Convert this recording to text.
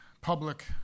public